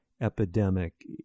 epidemic